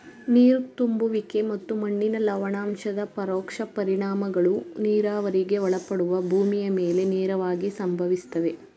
ನೀರು ತುಂಬುವಿಕೆ ಮತ್ತು ಮಣ್ಣಿನ ಲವಣಾಂಶದ ಪರೋಕ್ಷ ಪರಿಣಾಮಗಳು ನೀರಾವರಿಗೆ ಒಳಪಡುವ ಭೂಮಿಯ ಮೇಲೆ ನೇರವಾಗಿ ಸಂಭವಿಸ್ತವೆ